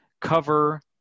cover